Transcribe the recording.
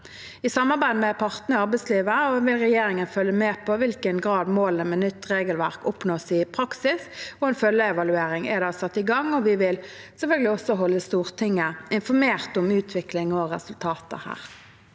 I samarbeid med partene i arbeidslivet vil regjeringen følge med på i hvilken grad målene med nytt regelverk oppnås i praksis. En følgeevaluering er satt i gang, og vi vil selvfølgelig holde Stortinget informert om utvikling og resultater.